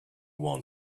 won